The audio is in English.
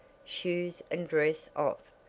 shoes and dress off,